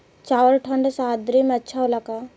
चावल ठंढ सह्याद्री में अच्छा होला का?